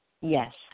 Yes